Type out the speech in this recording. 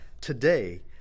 today